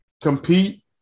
compete